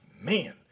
man